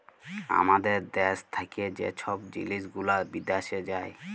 আমাদের দ্যাশ থ্যাকে যে ছব জিলিস গুলা বিদ্যাশে যায়